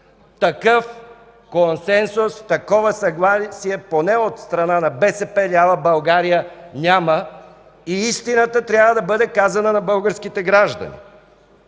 Такъв консенсус, такова съгласие поне от страна на БСП лява България няма и истината трябва да бъде казана на българските граждани!